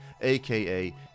aka